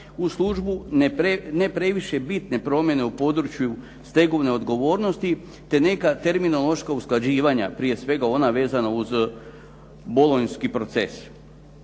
u službu, ne previše bitne promjene u području stegovne odgovornosti te neka terminološka usklađivanja, prije svega ona vezana uz Bolonjski proces.